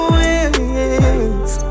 wings